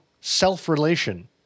self-relation